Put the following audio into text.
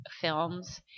films